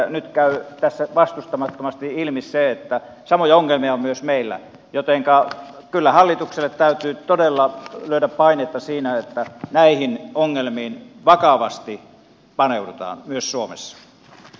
nyt käy tässä vastustamattomasti ilmi se että samoja ongelmia on myös meillä jotenka kyllä hallitukselle täytyy todella lyödä paineita siinä että näihin ongelmiin vakavasti paneudutaan myös suomessa